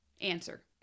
answer